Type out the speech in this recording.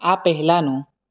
આ પહેલાંનું